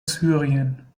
syrien